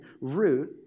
root